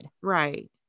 Right